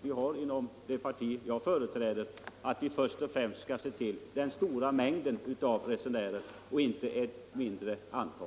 vi har inom det parti jag företräder är att vi först och främst skall se till den stora mängden av resenärer och inte till ett mindre antal.